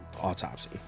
autopsy